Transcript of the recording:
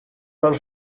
fel